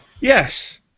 Yes